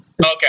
Okay